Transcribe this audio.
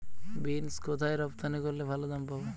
Beans কোথায় রপ্তানি করলে ভালো দাম পাব?